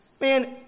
man